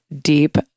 deep